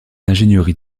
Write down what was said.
ingénierie